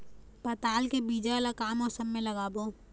पताल के बीज ला का मौसम मे लगाबो?